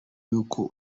y’uko